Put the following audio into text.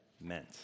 meant